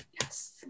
Yes